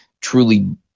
truly